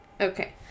okay